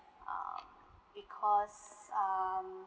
err because um